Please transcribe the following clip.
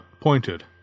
pointed